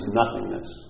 nothingness